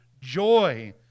joy